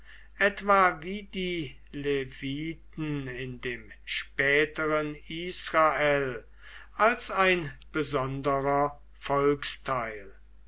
etwa wie die leviten in dem späteren israel als ein besonderer